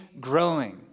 growing